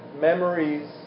memories